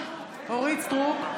אורית מלכה סטרוק,